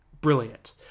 Brilliant